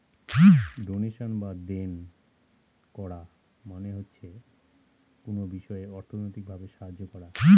donation বা দেন করা মানে হচ্ছে কোনো বিষয়ে অর্থনৈতিক ভাবে সাহায্য করা